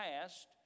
past